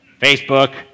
Facebook